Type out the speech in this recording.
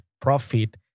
profit